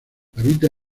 habita